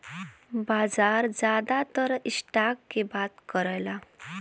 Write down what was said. बाजार जादातर स्टॉक के बात करला